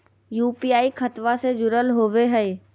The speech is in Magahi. यू.पी.आई खतबा से जुरल होवे हय?